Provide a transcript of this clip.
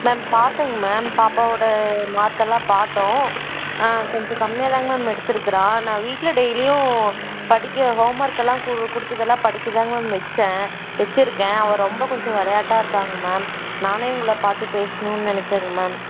ma'am பார்த்தங்க ma'am பாப்பாவோடய mark எல்லாம் பார்த்தோம் கொஞ்சம் கம்மியாதாங்க மேம் எடுத்திருக்குறா நான் வீட்டில் டெய்லியும் படிக்க ஹோம்ஒர்க் எல்லாம் கு கொடுத்தது எல்லாம் படிக்கதாங்க மேம் வச்சேன் வச்சுருக்கேன் அவள் ரொம்ப கொஞ்சம் விளையாட்டா இருக்காங்க மேம் நானே உங்களை பார்த்து பேசணும்னு நினைச்சேங்க மேம்